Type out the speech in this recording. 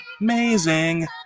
amazing